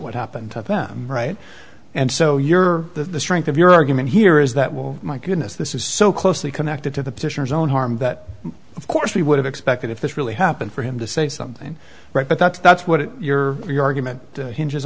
what happened to them right and so you're the strength of your argument here is that well my goodness this is so closely connected to the petitioners on harm that of course we would have expected if this really happened for him to say something right but that's that's what your your argument hinges